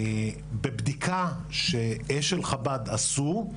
בבדיקה שאשל חב"ד עשו,